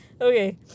Okay